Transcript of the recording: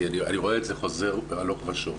אני רואה את זה חוזר הלוך ושוב,